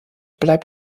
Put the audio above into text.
bleibt